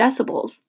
decibels